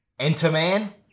Enterman